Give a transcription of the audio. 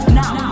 now